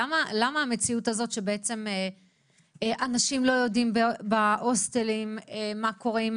למה המציאות הזאת שבעצם אנשים לא יודעים בהוסטלים מה קורה עם